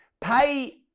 pay